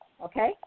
okay